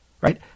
right